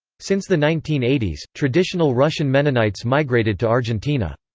since the nineteen eighty s, traditional russian mennonites migrated to argentina.